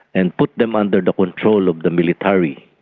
and put them under the control of the military.